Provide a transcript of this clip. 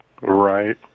right